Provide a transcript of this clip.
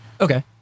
Okay